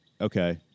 okay